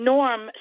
Norm